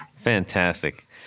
fantastic